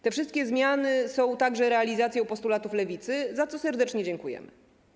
Te wszystkie zmiany są także realizacją postulatów Lewicy, za co serdecznie dziękujemy.